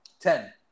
Ten